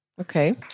Okay